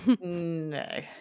No